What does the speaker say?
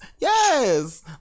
yes